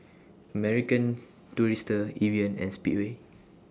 American Tourister Evian and Speedway